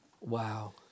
wow